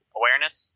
awareness